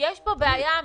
יש פה בעיה אמיתית,